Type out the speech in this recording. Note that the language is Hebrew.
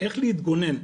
איך להתגונן,